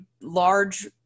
large